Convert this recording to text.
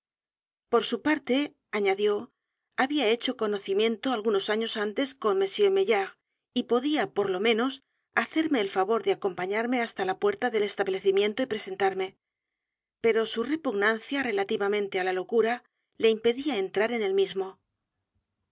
r su parte añadió había hecho conocimiento algunos años antes con m maillard y podía por lo menos hacerme el favor de acompañarme hasta la puerta del establecimiento y p r e s e n t a r m e pero su repugnancia relativamente á la locura le impedía entrar en el mismo